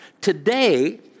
Today